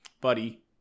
Buddy